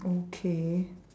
okay